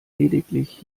lediglich